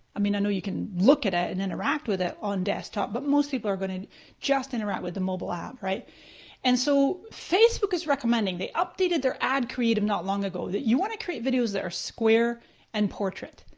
i mean i know you can look at it and interact with it on desktop but most people are gonna just interact with the mobile app. and so facebook is recommending, they updated their ad creative not long ago that you want to create videos that are square and portrait.